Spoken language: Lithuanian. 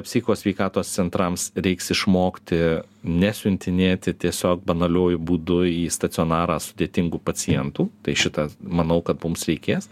psichikos sveikatos centrams reiks išmokti nesiuntinėti tiesiog banaliuoju būdu į stacionarą sudėtingų pacientų tai šitą manau kad mums reikės